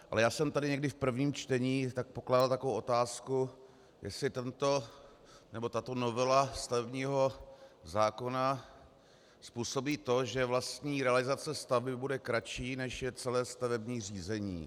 Ale já jsem tady někdy v prvním čtení pokládal takovou otázku, jestli tato novela stavebního zákona způsobí to, že vlastní realizace stavby bude kratší, než je celé stavební řízení.